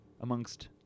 amongst